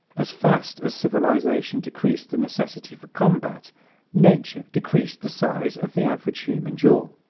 as fast as civilization decreased the necessity for combat nature decreased the size of the average human jaw.